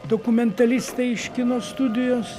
dokumentalistai iš kino studijos